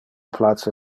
place